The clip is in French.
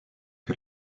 que